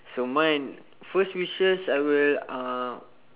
so mine first wishes I will uh